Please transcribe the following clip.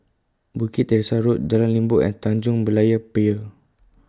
Bukit Teresa Road Jalan Limbok and Tanjong Berlayer Pier